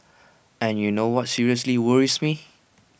and you know what seriously worries me